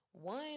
One